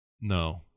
no